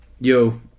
Yo